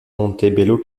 montebello